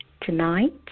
Tonight